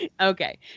Okay